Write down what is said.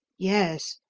yes.